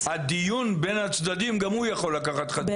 הדיון בין הצדדים יכול גם הוא לקחת --- זה